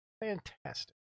Fantastic